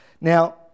Now